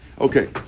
Okay